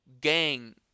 gang